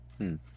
-hmm